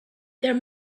there